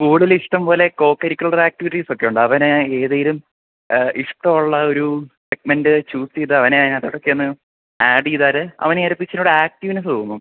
കൂടൂതലിഷ്ടം പോലെ കോകരിക്കുലർ ആക്റ്റിവിറ്റീസൊക്കെ ഉണ്ട് അവന് ഏതെങ്കിലും ഇഷ്ടം ഉള്ള ഒരു സെഗ്മെൻ്റ് ചൂസ് ചെയ്ത് അവനെ അതിനകത്തോട്ടൊക്കെയൊന്ന് ആഡ് ചെയ്താൽ അവന് ഒരിച്ചിരികൂടി ആക്റ്റീവ്നെസ്സ് തോന്നും